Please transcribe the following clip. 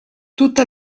tutta